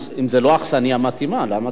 למה אתם לא יכולים להציע אכסניה אחרת?